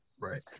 Right